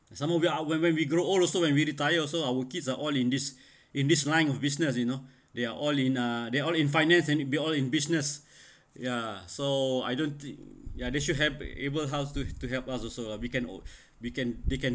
some more we are when when we grow old also when we retire also our kids are all in this in this line of business you know they're all in uh they're all in finance and be all in business ya so I don't think ya they should have a able house to to help us also ah we can ol~ we can they can